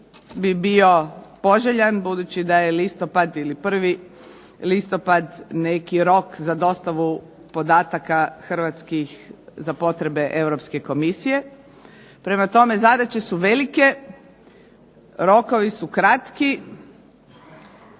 bio poželjan budući da je listopad ili 1. listopad neki rok za dostavu podataka hrvatskih za potrebe Europske komisije. Prema tome, zadaće su velike, rokovi su kratki.